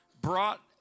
brought